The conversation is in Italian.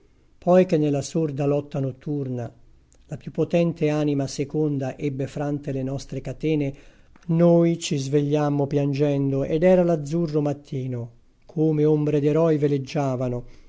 poi che nella sorda lotta notturna la più potente anima seconda ebbe frante le nostre catene noi ci svegliammo piangendo ed era l'azzurro mattino come ombre d'eroi veleggiavano